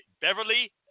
Beverly